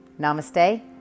Namaste